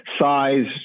size